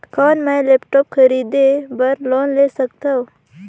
कौन मैं लेपटॉप खरीदे बर लोन ले सकथव?